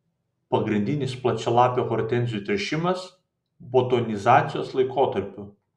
pagrindinis plačialapių hortenzijų tręšimas butonizacijos laikotarpiu